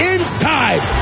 Inside